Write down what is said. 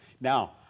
Now